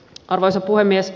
arvoisa puhemies